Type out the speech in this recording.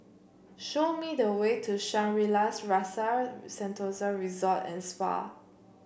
show me the way to Shangri La's Rasa Sentosa Resort and Spa